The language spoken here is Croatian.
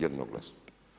Jednoglasno.